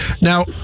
Now